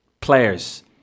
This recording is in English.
Players